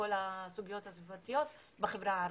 לכל הסוגיות הסביבתיות בחברה הערבית.